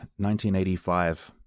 1985